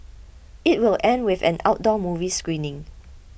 it will end with an outdoor movie screening